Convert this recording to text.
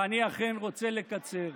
ואני אכן רוצה לקצר.